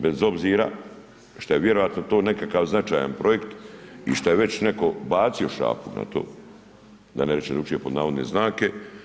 Bez obzira što je vjerojatno to nekakav značajan projekt i šta je već netko bacio šapu na to da ne kažem drukčije pod navodne znake.